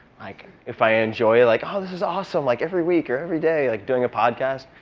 like if i enjoy it, like, oh, this is awesome, like every week or every day like doing a podcast,